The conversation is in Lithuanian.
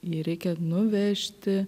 jį reikia nuvežti